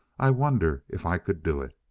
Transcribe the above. i wonder if i could do it.